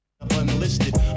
Unlisted